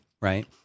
right